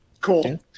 Cool